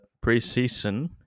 pre-season